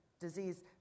disease